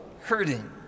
hurting